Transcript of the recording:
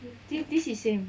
I think this is same